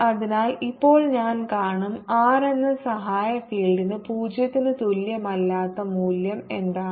അതിനാൽ ഇപ്പോൾ ഞാൻ കാണും r എന്ന സഹായ ഫീൽഡിന് 0 ന് തുല്യമല്ലാത്ത മൂല്യം എന്താണ്